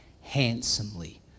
handsomely